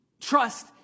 Trust